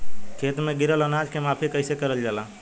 खेत में गिरल अनाज के माफ़ी कईसे करल जाला?